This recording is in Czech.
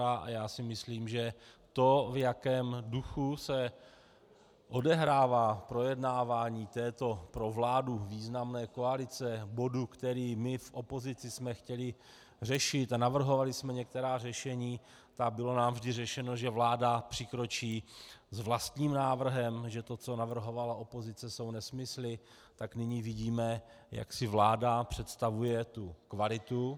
A já si myslím, že to, v jakém duchu se odehrává projednávání této pro vládu významné koalice, bodu, který my v opozici jsme chtěli řešit, a navrhovali jsme některá řešení, bylo nám vždy řečeno, že vláda přikročí s vlastním návrhem, že to, co navrhovala opozice, jsou nesmysly, tak nyní vidíme, jak si vláda představuje tu kvalitu.